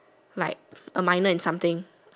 like a minor in something